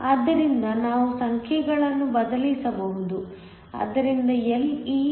ಆದ್ದರಿಂದ ನಾವು ಸಂಖ್ಯೆಗಳನ್ನು ಬದಲಿಸಬಹುದು